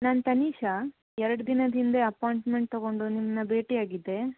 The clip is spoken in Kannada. ನಾನು ತನಿಷಾ ಎರಡು ದಿನದ ಹಿಂದೆ ಅಪೊಯಿಂಟ್ಮೆಂಟ್ ತಗೊಂಡು ನಿಮ್ಮನ್ನ ಭೇಟಿ ಆಗಿದ್ದೆ